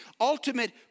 ultimate